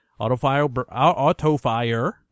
Autofire